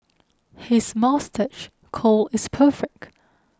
his moustache curl is perfect